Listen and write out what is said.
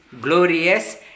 glorious